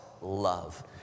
love